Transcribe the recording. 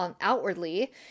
outwardly